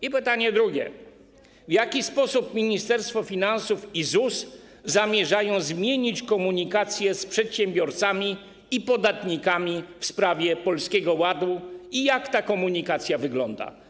I pytanie drugie: W jaki sposób Ministerstwo Finansów i ZUS zamierzają zmienić komunikację z przedsiębiorcami i podatnikami w sprawie Polskiego Ładu i jak ta komunikacja wygląda?